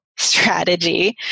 strategy